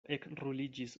ekruliĝis